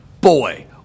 boy